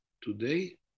today